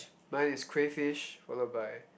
mine is crayfish followed by